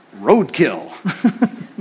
Roadkill